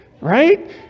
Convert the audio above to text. right